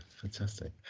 fantastic